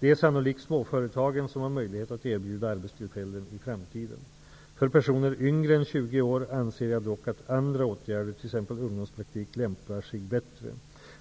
Det är sannolikt småföretagen som har möjlighet att erbjuda arbetstillfällen i framtiden. För personer yngre än 20 år anser jag dock att andra åtgärder, t.ex. ungdomspraktik, lämpar sig bättre.